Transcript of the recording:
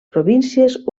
províncies